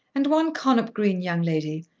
and one connop green young lady,